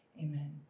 Amen